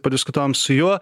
padiskutavom su juo